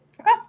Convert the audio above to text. Okay